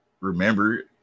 remember